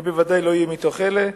אני בוודאי לא אהיה בתוך אלה.